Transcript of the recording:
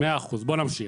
בוא נמשיך.